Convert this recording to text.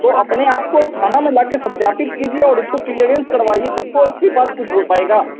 तो अपने आप को थाना में ला कर सत्यापित कीजिए और इसको क्लियरेंस करवाइए तब तो इसके बाद कुछ हो पाएगा